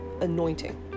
anointing